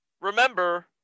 remember